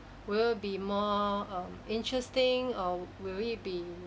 will be more um interesting or will it be